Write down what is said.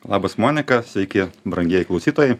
labas monika sveiki brangieji klausytojai